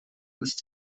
ist